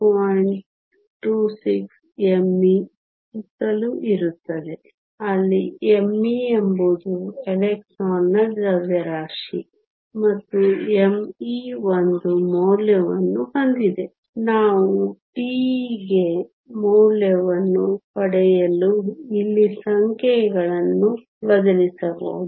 26 me ಸುತ್ತಲೂ ಇರುತ್ತದೆ ಅಲ್ಲಿ me ಎಂಬುದು ಎಲೆಕ್ಟ್ರಾನ್ನ ದ್ರವ್ಯರಾಶಿ ಮತ್ತು me ಒಂದು ಮೌಲ್ಯವನ್ನು ಹೊಂದಿದೆ ನಾವು τe ಗೆ ಮೌಲ್ಯವನ್ನು ಪಡೆಯಲು ಇಲ್ಲಿ ಸಂಖ್ಯೆಗಳನ್ನು ಬದಲಿಸಬಹುದು